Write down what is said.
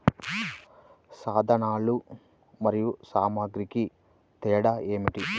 సాధనాలు మరియు సామాగ్రికి తేడా ఏమిటి?